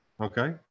okay